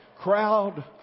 crowd